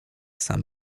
sam